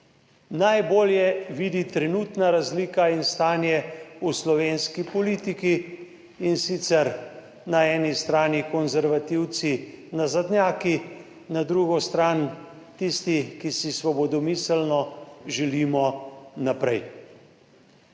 najbolje vidi trenutna razlika in stanje v slovenski politiki, in sicer na eni strani konservativci, nazadnjaki, na drugi strani tisti, ki si svobodomiselno želimo naprej.